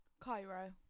Cairo